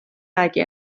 räägi